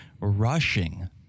rushing